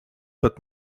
but